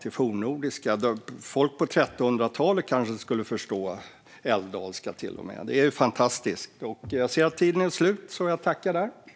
Folk på 1300-talet skulle kanske ha förstått älvdalska. Det är ju fantastiskt. Jag ser att tiden är slut, så jag stannar där och tackar.